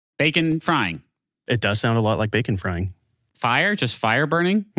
bacon frying it does sound a lot like bacon frying fire? just fire burning?